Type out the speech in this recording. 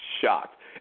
shocked